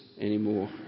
anymore